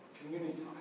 community